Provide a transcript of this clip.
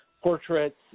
portraits